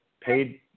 paid